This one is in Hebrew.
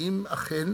האם אכן